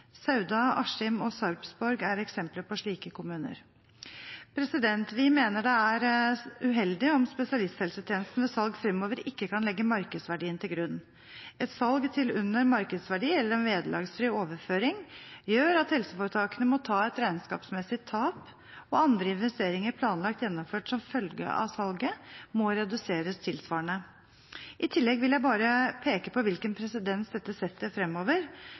Sauda, Askim og Sarpsborg er eksempler på slike kommuner. Vi mener det er uheldig om spesialisthelsetjenesten ved salg fremover ikke kan legge markedsverdien til grunn. Et salg til under markedsverdi eller en vederlagsfri overføring gjør at helseforetakene må ta et regnskapsmessig tap, og andre investeringer planlagt gjennomført som følge av salget må reduseres tilsvarende. I tillegg vil jeg bare peke på hvilken presedens dette skaper fremover